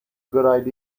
good